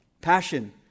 Passion